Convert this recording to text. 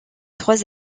trois